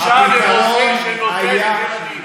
הפתרון היה, בושה לרופא שנוטש ילדים.